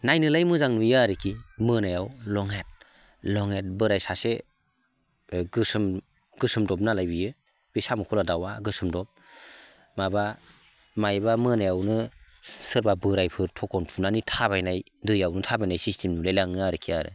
नायनोलाय मोजां नुयो आरोखि मोनायाव लङेट लङेट बोराय सासे गोसोम गोसोमदब नालाय बियो बे साम'खला दाउआ गोसोमदब माबा मायबा मोनायावनो सोरबा बोरायफोर थखन थुनानै थाबायनाय दैयावनो थाबायनाय सिस्टेम नुलायलाङो आरोकि